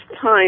time